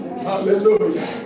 Hallelujah